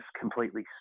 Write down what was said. completely